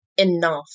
enough